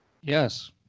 Yes